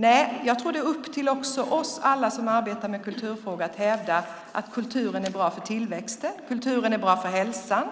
Nej, jag tror att det är upp till alla oss som arbetar med kulturfrågor att hävda att kulturen är bra för tillväxten och för hälsan